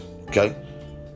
Okay